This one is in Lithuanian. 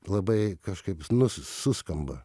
labai kažkaip nus suskamba